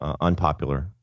unpopular